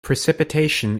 precipitation